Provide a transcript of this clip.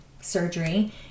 surgery